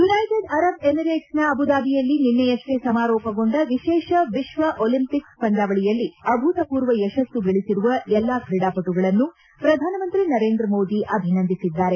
United Arab ಎಮಿರೇಟ್ಸ್ನ ಅಬುದಾಬಿಯಲ್ಲಿ ನಿನ್ನೆಯಷ್ಟೇ ಸಮಾರೋಪಗೊಂಡ ವಿಶೇಷ ವಿಶ್ವ ಒಲಿಂಪಿಕ್ಸ್ ಪಂದ್ಯಾವಳಿಯಲ್ಲಿ ಅಭೂತಪೂರ್ವ ಯಶಸ್ಸು ಗಳಿಸಿರುವ ಎಲ್ಲಾ ಕ್ರೀಡಾಪಟುಗಳನ್ನು ಪ್ರಧಾನಮಂತ್ರಿ ನರೇಂದ್ರ ಮೋದಿ ಅಭಿನಂದಿಸಿದ್ದಾರೆ